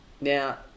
Now